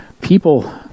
People